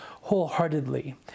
wholeheartedly